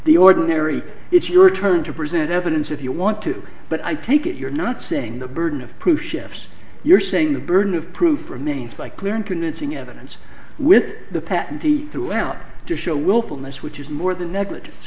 the ordinary it's your turn to present evidence if you want to but i take it you're not saying the burden of proof shifts you're saying the burden of proof remains by clear and convincing evidence with the patentee throughout the show willfulness which is more than negligence